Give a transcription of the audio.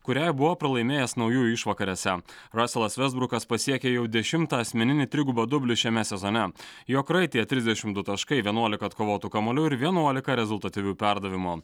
kuriai buvo pralaimėjęs naujųjų išvakarėse raselas vestbrukas pasiekė jau dešimtą asmeninį trigubą dublį šiame sezone jo kraityje trisdešim du taškai vienuolika atkovotų kamuolių ir vienuolika rezultatyvių perdavimų